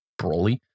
Broly